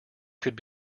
could